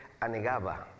anegaba